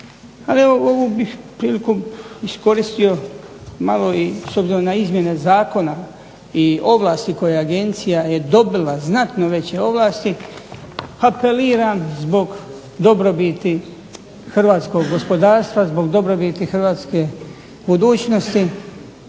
evo ovu bih priliku iskoristio malo i s obzirom na izmjene zakona i ovlasti koje agencija je dobila, znatno veće ovlasti apeliram zbog dobrobiti hrvatskog gospodarstva, zbog dobrobiti hrvatske budućnosti